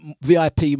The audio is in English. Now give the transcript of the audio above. VIP